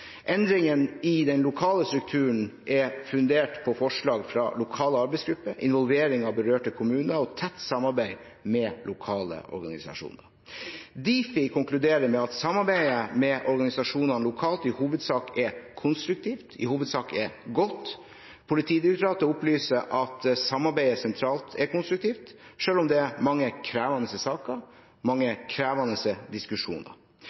i den lokale strukturen er fundert på forslag fra lokale arbeidsgrupper, involvering av berørte kommuner og tett samarbeid med lokale organisasjoner. Difi konkluderer med at samarbeidet med organisasjonene lokalt i hovedsak er konstruktivt og godt. Politidirektoratet opplyser at samarbeidet sentralt er konstruktivt, selv om det er mange krevende saker og mange krevende diskusjoner.